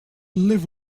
live